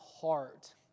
heart